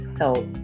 help